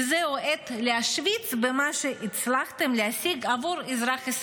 וזוהי העת להשוויץ במה שהצלחתם להשיג עבור האזרחים הישראלים.